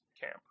camp